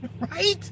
Right